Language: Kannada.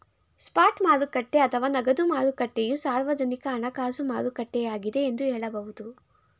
ಸ್ಪಾಟ್ ಮಾರುಕಟ್ಟೆ ಅಥವಾ ನಗದು ಮಾರುಕಟ್ಟೆಯು ಸಾರ್ವಜನಿಕ ಹಣಕಾಸು ಮಾರುಕಟ್ಟೆಯಾಗಿದ್ದೆ ಎಂದು ಹೇಳಬಹುದು